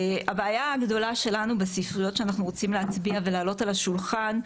הבעיה הגדולה שלנו בספריות שאנחנו רוצים להצביע ולהעלות על השולחן,